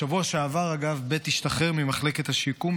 בשבוע שעבר אגב ב' השתחרר ממחלקת השיקום,